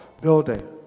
building